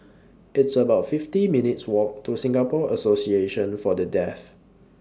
It's about fifty minutes' Walk to Singapore Association For The Deaf